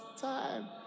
time